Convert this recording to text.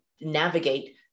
navigate